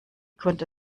konnte